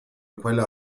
quella